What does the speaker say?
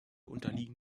unterliegen